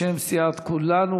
בשם סיעת כולנו,